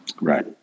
Right